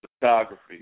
photography